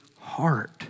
heart